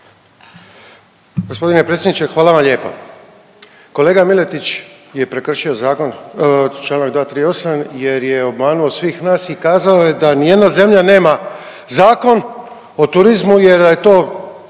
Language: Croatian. hvala vam lijepa.